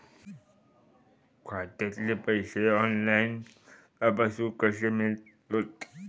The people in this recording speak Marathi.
खात्यातले पैसे ऑनलाइन तपासुक कशे मेलतत?